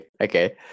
Okay